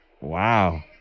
Wow